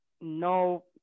no